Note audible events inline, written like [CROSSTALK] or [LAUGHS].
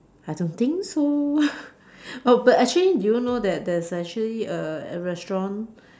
I don't think so [LAUGHS] oh but actually do you know that there's actually a a restaurant